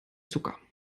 zucker